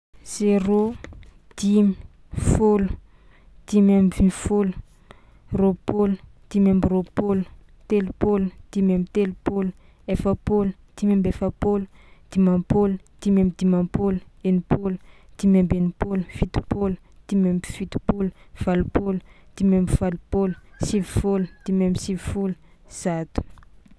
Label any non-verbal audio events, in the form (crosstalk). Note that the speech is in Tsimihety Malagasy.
Zéro, (noise) dimy, fôlo, dimy ambinifôlo, roapôlo, dimy amby roapôlo, telopôlo, dimy amby telopôlo, efapôlo, dimy amby efapôlo, dimampôlo, dimy amby dimampôlo, enimpôlo, dimy amby enimpôlo, fitopôlo, dimy amby fitopôlo, valopôlo, dimy amby valopôlo, sivifôlo, dimy amby sivifôlo, zato.